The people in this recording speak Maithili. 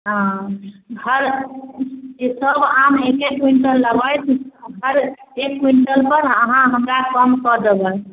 हँ हर सभ आम एक एक क्विंटल लेबै हर एक क्विंटलपर अहाँ हमरा कम कऽ देबै